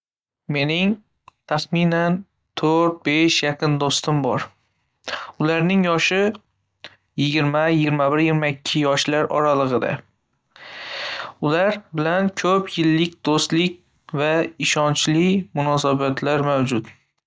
Mening taxminn to’rt besh yaqin do‘stim bor, ularning yoshi yigirma, yigirma bir, yigirma ikki, yosh oralig‘ida. Ular bilan ko‘p yillik do‘stlik va ishonchli munosabatlar mavjud.